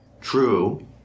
True